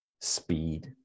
Speed